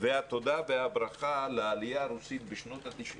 והתודה והברכה לעליה הרוסית בשנות ה-90